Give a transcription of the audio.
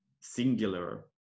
singular